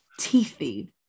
teethy